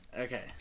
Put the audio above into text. Okay